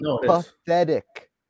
pathetic